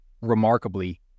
Remarkably